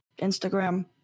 Instagram